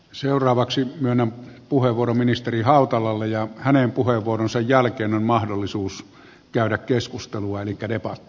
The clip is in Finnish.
seuraavaksi myönnän puheenvuoron ministeri hautalalle ja hänen puheenvuoronsa jälkeen on mahdollisuus käydä keskustelua elikkä debattia